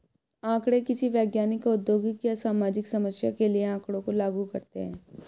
आंकड़े किसी वैज्ञानिक, औद्योगिक या सामाजिक समस्या के लिए आँकड़ों को लागू करते है